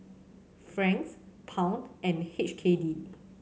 Franc Pound and H K D